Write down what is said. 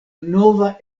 nova